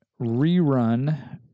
rerun